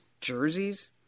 jerseys